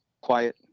quiet